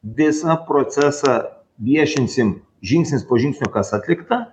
visą procesą viešinsim žingsnis po žingsnio kas atlikta